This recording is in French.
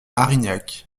arignac